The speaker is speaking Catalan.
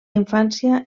infància